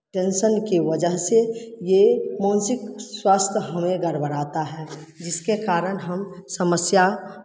tension की वजह से ये मानसिक स्वास्थ्य हमें गड़बड़ाता है जिसके कारण हम समस्या